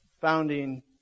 founding